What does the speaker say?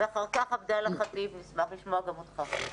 ואחר כך עבדאללה ח'טיב, נשמח לשמוע גם אותך.